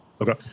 Okay